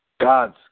God's